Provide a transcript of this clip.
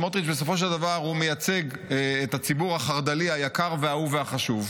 סמוטריץ' בסופו של דבר מייצג את הציבור החרד"לי היקר והאהוב והחשוב,